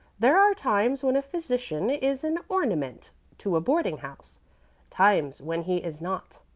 there are times when a physician is an ornament to a boarding-house times when he is not.